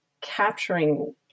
capturing